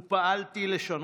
ופעלתי לשנותו.